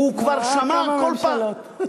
הוא ראה כמה ממשלות.